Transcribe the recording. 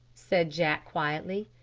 said jack quietly.